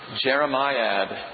Jeremiah